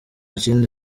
kindi